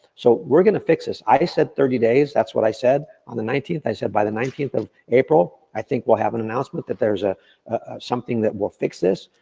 so we're gonna fix this. i said thirty days, that's what i said on the nineteenth. i said by the nineteenth of april, i think we'll have an announcement that there's ah something that will fix this,